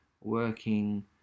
working